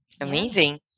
amazing